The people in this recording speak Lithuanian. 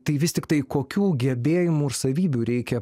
tai vis tiktai kokių gebėjimų ir savybių reikia